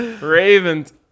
Ravens